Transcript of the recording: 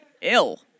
ill